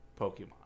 Pokemon